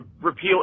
repeal